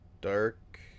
Dark